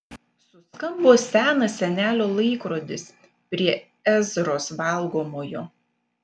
suskambo senas senelio laikrodis prie ezros valgomojo